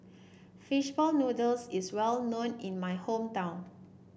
fish ball noodles is well known in my hometown